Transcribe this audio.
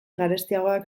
garestiagoak